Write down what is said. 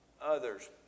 others